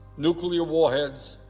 nuclear warheads,